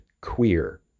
queer